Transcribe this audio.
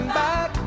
back